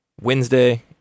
Wednesday